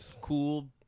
cool